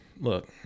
look